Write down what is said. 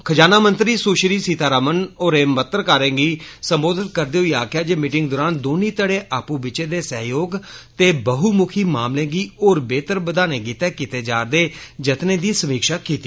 खजाना मंत्री सुश्री सितारमन होरें पत्रकारें गी संवोधत करदे होई आखेया जे मिटिंग दौरान दौने धड़े आपू विचे दे सहयोग ते बहमुखी मामलें गी होर बेहतर बदाने गिते कीते जार दे जत्ने दी समीक्षा कीती